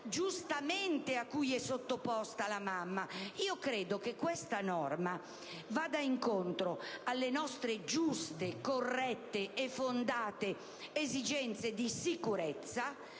giustamente la mamma. Credo che questa norma vada incontro alle nostre giuste, corrette, fondate esigenze di sicurezza,